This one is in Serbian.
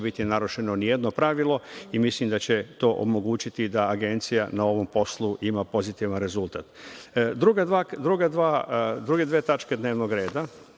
biti narušeno ni jedno pravilo i mislim da će to omogućiti da Agencija na ovom poslu ima pozitivan rezultat. Druge dve tačke dnevnog reda